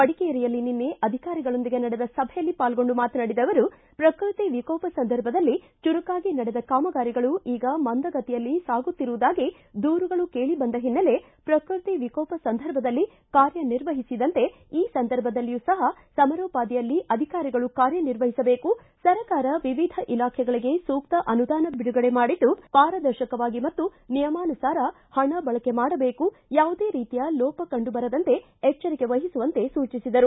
ಮಡಿಕೇರಿಯಲ್ಲಿ ನಿನ್ನೆ ಅಧಿಕಾರಿಗಳೊಂದಿಗೆ ನಡೆದ ಸಭೆಯಲ್ಲಿ ಪಾಲ್ಗೊಂಡು ಮಾತನಾಡಿದ ಅವರು ಪ್ರಕೃತಿ ವಿಕೋಪ ಸಂದರ್ಭದಲ್ಲಿ ಚುರುಕಾಗಿ ನಡೆದ ಕಾಮಗಾರಿಗಳು ಈಗ ಮಂದ ಗತಿಯಲ್ಲಿ ಸಾಗುತ್ತಿರುವುದಾಗಿ ದೂರುಗಳು ಕೇಳಿ ಬಂದ ಹಿನ್ನೆಲೆ ಪ್ರಕೃತಿ ವಿಕೋಪ ಸಂದರ್ಭದಲ್ಲಿ ಕಾರ್ಯನಿರ್ವಹಿಸಿದಂತೆ ಈ ಸಂದರ್ಭದಲ್ಲಿಯೂ ಸಹ ಸಮಾರೋಪಾದಿಯಲ್ಲಿ ಅಧಿಕಾರಿಗಳು ಕಾರ್ಯನಿರ್ವಹಿಸಬೇಕು ಸರ್ಕಾರ ವಿವಿಧ ಇಲಾಖೆಗಳಿಗೆ ಸೂಕ್ತ ಅನುದಾನ ಬಿಡುಗಡೆ ಮಾಡಿದ್ದು ಪಾರದರ್ಶಕವಾಗಿ ಮತ್ತು ನಿಯಮಾನುಸಾರ ಹಣ ಬಳಕೆ ಮಾಡಬೇಕು ಯಾವುದೇ ರೀತಿಯ ಲೋಪ ಕಂಡು ಬರದಂತೆ ಎಚ್ದರಿಕೆ ವಹಿಸುವಂತೆ ಸೂಚಿಸಿದರು